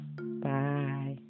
Bye